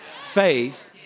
faith